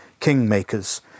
kingmakers